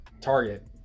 target